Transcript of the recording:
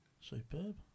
Superb